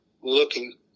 looking